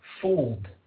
fooled